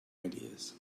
ideas